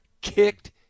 kicked